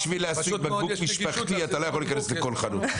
בשביל להשיג בקבוק משפחתי אתה לא יכול להיכנס לכל חנות.